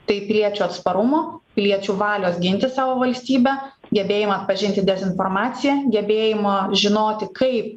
tai piliečių atsparumo piliečių valios ginti savo valstybę gebėjimą atpažinti dezinformaciją gebėjimą žinoti kaip